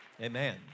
Amen